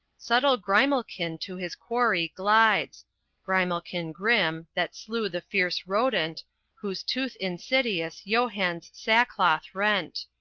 subtle grimalkin to his quarry glides grimalkin grim, that slew the fierce rodent whose tooth insidious johann's sackcloth rent.